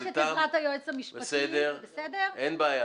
אני מבקשת את עזרת היועץ המשפטי אנחנו